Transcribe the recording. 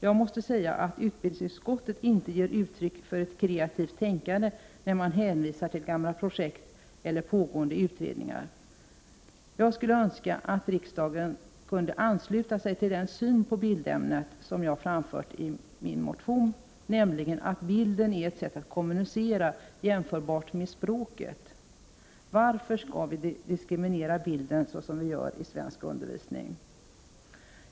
Jag måste säga att utbildningsutskottet inte precis ger uttryck för ett kreativt tänkande när man hänvisar till gamla projekt eller pågående utredningar. Jag skulle önska att riksdagen kunde ansluta sig till den syn på bildämnet som jag framför i min motion, nämligen att bilden är ett sätt att kommunicera, jämförbart med språket. Varför skall vi diskriminera bilden så som vi gör i svensk undervisning?